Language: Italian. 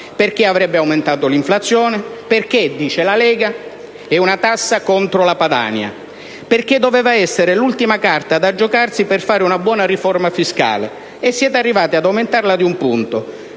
perché avrebbe aumentato l'inflazione; perché - dice la Lega - è una tassa contro la Padania; perché doveva essere l'ultima carta da giocarsi per fare una buona riforma fiscale) e siete arrivati ad aumentarla di un punto,